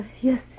Yes